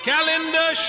Calendar